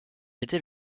était